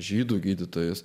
žydų gydytojus